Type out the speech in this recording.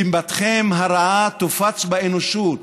דיבתכם הרעה תופץ באנושות?